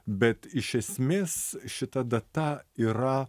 bet iš esmės šita data yra